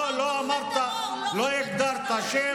לא הגדרת שם,